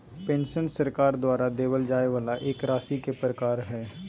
pension सरकार द्वारा देबल जाय वाला एक राशि के प्रकार हय